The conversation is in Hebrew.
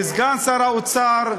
לסגן שר האוצר,